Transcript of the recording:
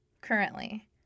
currently